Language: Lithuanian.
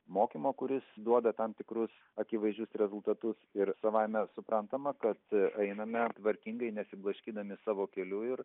mokymo kuris duoda tam tikrus akivaizdžius rezultatus ir savaime suprantama kad einame tvarkingai nesiblaškydami savo keliu ir